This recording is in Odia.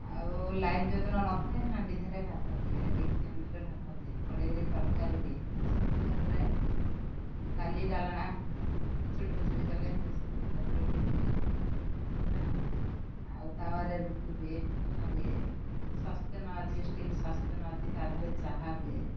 ଆଉ ଲାଇନ୍ ଯୋଉଦିନ ନଥାଏ ହାଣ୍ଡି ଦେହରେ ଭାତ ହୁଏ ଡେକ୍ଚି ହାଣ୍ଡିରେ ଭାତ ହୁଏ କଢ଼େଇରେ ତରକାରୀ ହୁଏ ପ୍ରେସର୍ କୁକର୍ରେ ଡାଲି ଡାଲମା ଖିଚଡ଼ି ଫେଚଡ଼ି କଲେ ପ୍ରେସର୍ କୁକର୍ରେ ବି ହୁଏ ହଁ ଆଉ ତାୱାରେ ରୁଟି ହୁଏ ପିଠା ହୁଏ ସସ୍ପେନ୍ ଅଛି ଷ୍ଟିଲ୍ ସସ୍ପେନ୍ ଅଛି ତା ଦିହରେ ଚାହା ହୁଏ